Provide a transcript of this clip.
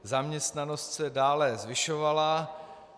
Zaměstnanost se dále zvyšovala.